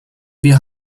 wir